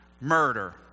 murder